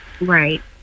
right